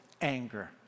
anger